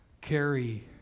Carry